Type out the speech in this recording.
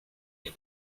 ich